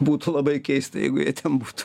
būtų labai keista jeigu jie ten būtų